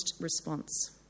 response